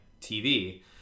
TV